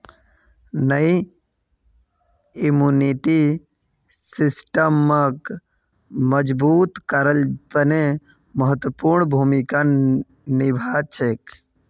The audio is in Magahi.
यई इम्यूनिटी सिस्टमक मजबूत करवार तने महत्वपूर्ण भूमिका निभा छेक